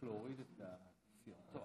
כבוד השרה,